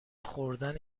خوردن